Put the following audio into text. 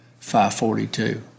542